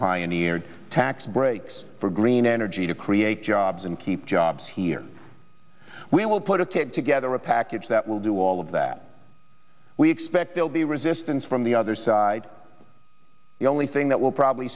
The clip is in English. pioneered tax breaks for green energy to create jobs and keep jobs here we will put a tape together a package that will do all of that we expect they'll be resistance from the other side the only thing that will probably